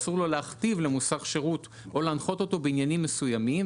ואסור לו להכתיב למוסך שירות או להנחות אותו בעניינים מסוימים,